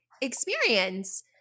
experience